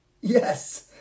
Yes